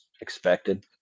expected